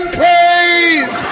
praise